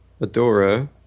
Adora